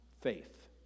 faith